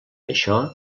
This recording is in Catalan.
això